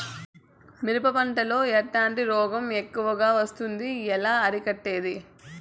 మిరప పంట లో ఎట్లాంటి రోగం ఎక్కువగా వస్తుంది? ఎలా అరికట్టేది?